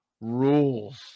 rules